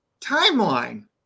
timeline